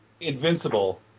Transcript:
Invincible